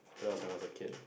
that was when I was a kid